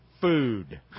food